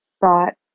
thought